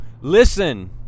listen